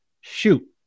Shoot